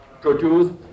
produced